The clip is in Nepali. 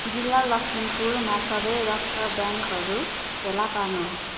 जिल्ला लखिमपुरमा सबै रक्त ब्याङ्कहरू फेला पार्नुहोस्